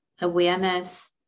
awareness